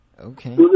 Okay